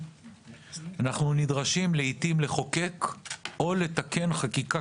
אנחנו נדרשים לעיתים לחוקק או לתקן חקיקה